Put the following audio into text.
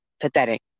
Pathetic